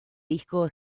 disco